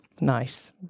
Nice